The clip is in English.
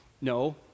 No